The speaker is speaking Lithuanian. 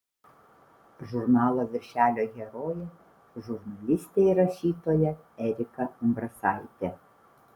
žurnalo viršelio herojė žurnalistė ir rašytoja erika umbrasaitė